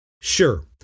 Sure